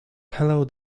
hello